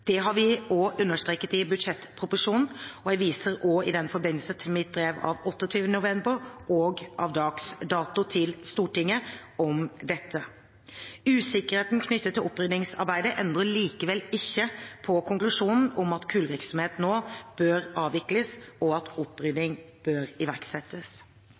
Det har vi også understreket i budsjettproposisjonen, og jeg viser i den forbindelse til mitt brev av 28. november og av dags dato til Stortinget om dette. Usikkerheten knyttet til oppryddingsarbeidet endrer likevel ikke på konklusjonen om at kullvirksomheten nå bør avvikles, og at opprydding bør iverksettes.